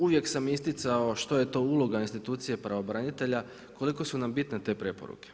Uvijek sam isticao što je to uloga institucije pravobranitelja, koliko su nam bitne te preporuke.